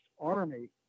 army